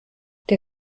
der